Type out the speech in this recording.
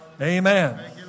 Amen